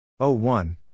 01